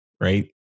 Right